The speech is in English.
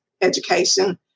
education